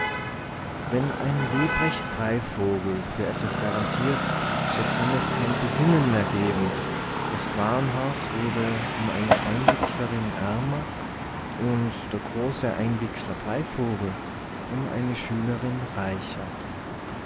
wenn ein lebrecht breivogel für etwas garantiert so kann es kein besinnen mehr geben das warenhaus wurde um eine einwicklerin ärmer und der große einwickler breivogel um eine schülerin reicher